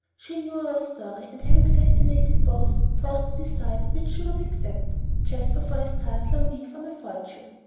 she knew our story and, having fascinated both, paused to decide which she would accept jasper, for his title, or me, for my fortune.